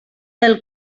del